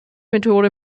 methode